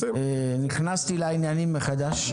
נכנסתי לעניינים מחדש.